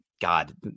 God